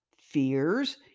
fears